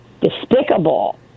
despicable